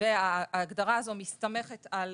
וההגדרה הזו מסתמכת על